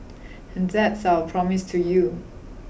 and that's our promise to you